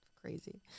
Crazy